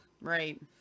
Right